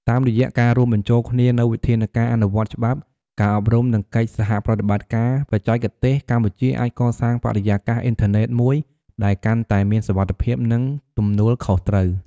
តាមរយៈការរួមបញ្ចូលគ្នានូវវិធានការអនុវត្តច្បាប់ ការអប់រំ និងកិច្ចសហប្រតិបត្តិការបច្ចេកទេស កម្ពុជាអាចកសាងបរិយាកាសអ៊ីនធឺណិតមួយដែលកាន់តែមានសុវត្ថិភាព និងទំនួលខុសត្រូវ។